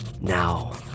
Now